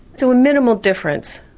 so a minimal difference.